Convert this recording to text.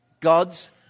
God's